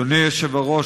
אדוני היושב-ראש,